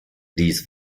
dies